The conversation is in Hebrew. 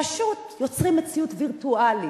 פשוט יוצרים מציאות וירטואלית.